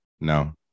No